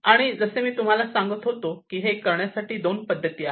आणि जसे मी तुम्हाला सांगत होतो की हे करण्यासाठी दोन पद्धती आहेत